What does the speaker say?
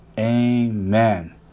Amen